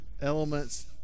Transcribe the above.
elements